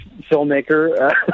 filmmaker